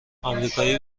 آمریکایی